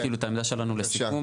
כאילו, את העמדה שלנו לסיכום.